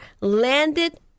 landed